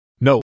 No